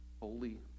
holy